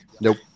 nope